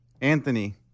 Anthony